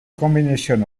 combination